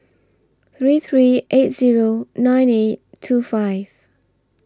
three three eight Zero nine eight two five